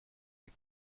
les